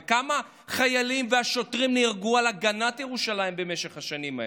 וכמה חיילים ושוטרים נהרגו על הגנת ירושלים במשך השנים האלה?